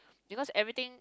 because everything